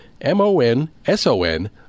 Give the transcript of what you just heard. M-O-N-S-O-N